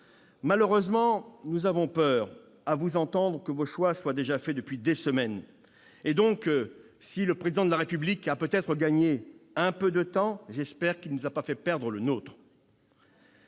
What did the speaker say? Malheureusement, nous avons peur, à vous entendre, que vos choix ne soient déjà faits depuis des semaines. Si le Président de la République a peut-être gagné un peu de temps, j'espère qu'il ne nous a pas fait perdre le nôtre.